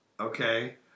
Okay